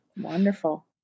Wonderful